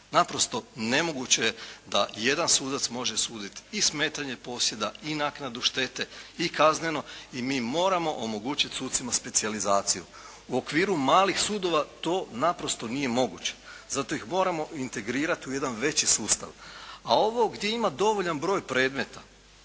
Naprosto nemoguće je da jedan sudac može suditi i smetanje posjeda i naknadu štete i kazneno i mi moramo omogućiti sucima specijalizaciju. U okviru malih sudova to naprosto nije moguće, zato ih moramo integrirati u jedan veći sustav. A ovo gdje ima dovoljan broj predmeta,